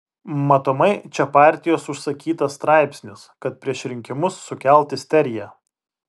matomai čia partijos užsakytas straipsnis kad prieš rinkimus sukelt isteriją